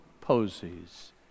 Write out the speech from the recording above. posies